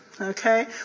okay